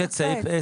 כי יש את סעיף 10,